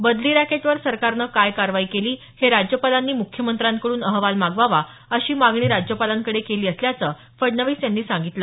बदली रॅकेटवर सरकारने काय कारवाई केली हे राज्यपालांनी मुख्यमंत्र्यांकड्रन अहवाल मागवावा अशी मागणी राज्यपालांकडे केली असल्याचं फडणवीस यांनी सांगितलं